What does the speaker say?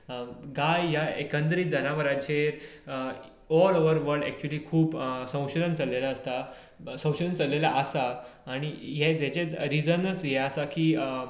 गाय ह्या एकंदरीत जनावरांचे ओवरोल खूब संशोदन चलेले आसता संशोदन चलेले आसा आनी हे जेचे रिजनच हे आसा की